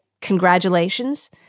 congratulations